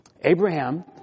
Abraham